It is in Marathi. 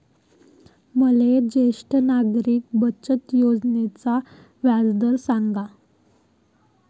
मले ज्येष्ठ नागरिक बचत योजनेचा व्याजदर सांगा